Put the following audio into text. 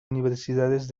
universidades